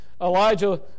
Elijah